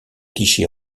clichés